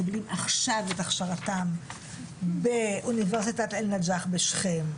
מקבלים עכשיו את הכשרתם באוניברסיטת אל-נג'ח בשכם,